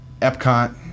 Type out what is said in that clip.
Epcot